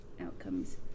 outcomes